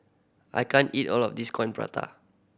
I can't eat all of this Coin Prata